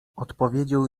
odpowiedział